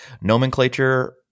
nomenclature